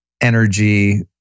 energy